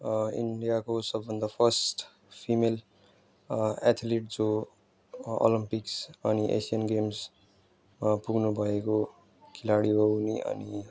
इन्डियाको सबभन्दा first female athlete जो ओलम्पिक्स अनि एसियन गेम्समा पुग्नुभएको खिलाडी हो उनी अनि